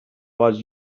was